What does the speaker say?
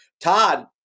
Todd